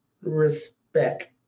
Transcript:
Respect